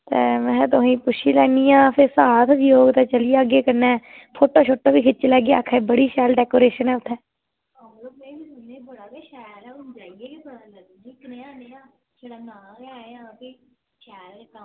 ते में हां तुसेंगी पुच्छी लैन्नी आं साथ होग ते चली जाह्गे कन्नै फोटो बी खिच्ची लैगे ते आक्खा दे बड़ी शैल डेकोरेशन ऐ उत्थें